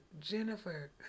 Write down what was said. Jennifer